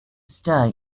stir